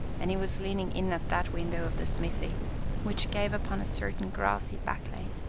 and he was leaning in at that window of the smithy which gave upon a certain grassy back lane.